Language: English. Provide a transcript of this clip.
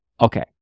okay